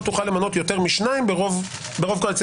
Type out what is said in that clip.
תוכל למנות יותר משניים ברוב קואליציוני.